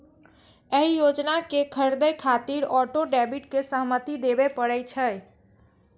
एहि योजना कें खरीदै खातिर ऑटो डेबिट के सहमति देबय पड़ै छै